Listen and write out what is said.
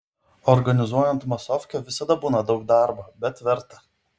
organizuojant masofkę visada būna daug darbo bet verta